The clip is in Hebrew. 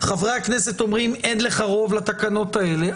חברי הכנסת אומרים: אין לך רוב לתקנות האלה,